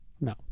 No